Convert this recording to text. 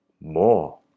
More